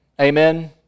Amen